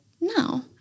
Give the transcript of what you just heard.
no